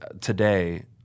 today –